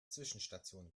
zwischenstation